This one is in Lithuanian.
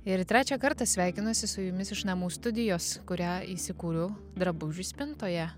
ir trečią kartą sveikinuosi su jumis iš namų studijos kurią įsikūriau drabužių spintoje